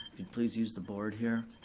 please use the board here.